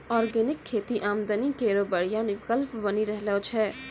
organic खेती आमदनी केरो बढ़िया विकल्प बनी रहलो छै